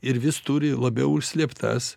ir vis turi labiau užslėptas